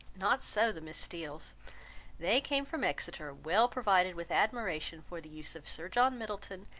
not so the miss steeles they came from exeter, well provided with admiration for the use of sir john middleton,